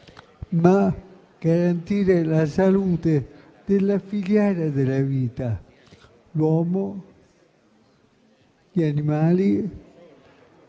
ma anche la salute della filiera della vita: l'uomo, gli animali